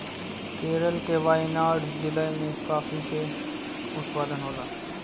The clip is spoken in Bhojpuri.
केरल के वायनाड जिला में काफी के उत्पादन होला